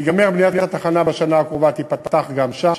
בניית התחנה תיגמר בשנה הקרובה, ותיפתח גם שם.